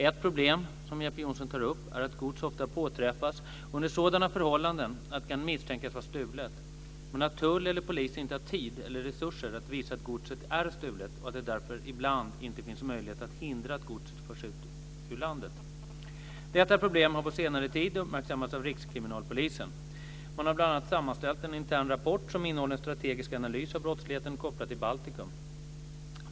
Ett problem som Jeppe Johnsson tar upp är att gods ofta påträffas under sådana förhållanden att det kan misstänkas vara stulet, men att tull eller polis inte har tid eller resurser att visa att godset är stulet och att det därför ibland inte finns möjlighet att hindra att godset förs ur landet. Detta problem har på senare tid uppmärksammats av Rikskriminalpolisen. Man har bl.a. sammanställt en intern rapport som innehåller en strategisk analys av brottsligheten kopplad till Baltikum.